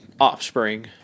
offspring